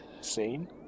scene